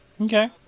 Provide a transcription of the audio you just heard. okay